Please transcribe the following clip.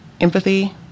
Empathy